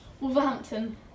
Wolverhampton